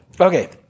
Okay